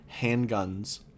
handguns